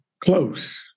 close